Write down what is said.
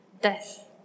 death